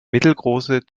mittelgroße